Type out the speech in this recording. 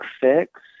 fix